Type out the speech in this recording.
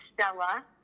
Stella